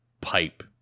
pipe